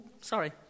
sorry